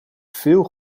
veel